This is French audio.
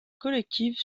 collective